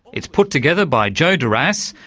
it's put together by jo dorras,